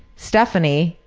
stefanie.